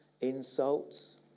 insults